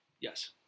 Yes